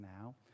now